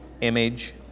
image